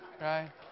right